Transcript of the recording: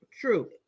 true